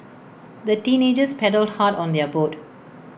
the teenagers paddled hard on their boat